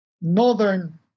northern